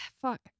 fuck